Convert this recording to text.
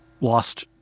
lost